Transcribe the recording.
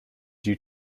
due